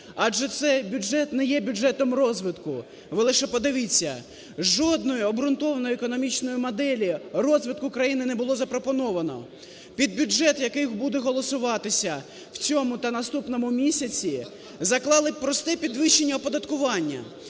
Адже цей бюджет не є бюджетом розвитку. Ви лише подивіться, жодної обгрунтовної економічної моделі розвитку країни не було запропоновано. Під бюджет, який буде голосуватися в цьому та наступному місяці, заклали просте підвищення оподаткування.